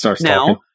Now